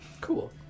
Cool